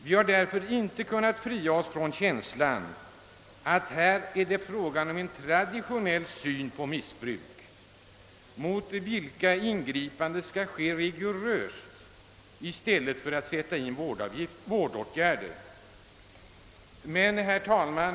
Vi har därför inte kunnat befria oss från känslan att det är en traditionell syn som kommer till uttryck i detta sammanhang, nämligen att ingripanden mot missbruk skall ske rigoröst och inte i form av vårdåtgärder. Herr talman!